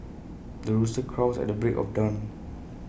the rooster crows at the break of dawn